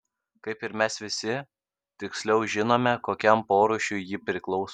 kaip ir mes visi tiksliau žinome kokiam porūšiui ji priklauso